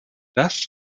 das